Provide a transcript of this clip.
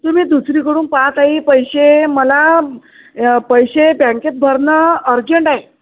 तुम्ही दुसरीकडून पाहा ताई पैसे मला पैसे बँकेत भरणं अर्जंट आहे